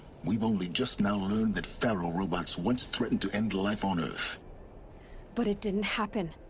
we've only just now learned that faro robots once threatened to end life on earth but it didn't happen!